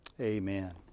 Amen